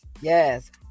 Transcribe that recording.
Yes